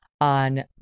on